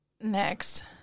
Next